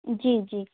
जी जी